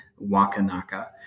Wakanaka